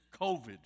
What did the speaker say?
COVID